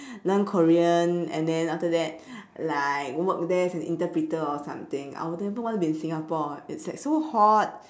learn korean and then after that like work there as an interpreter or something I would never even want to be in singapore it's like so hot